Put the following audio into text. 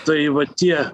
tai va tie